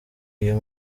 iyo